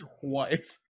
twice